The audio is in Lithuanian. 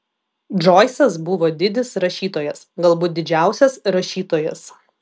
džoisas buvo didis rašytojas galbūt didžiausias rašytojas